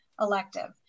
elective